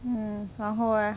um 然后 eh